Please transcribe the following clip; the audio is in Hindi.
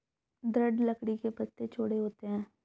दृढ़ लकड़ी के पत्ते चौड़े होते हैं